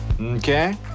Okay